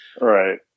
right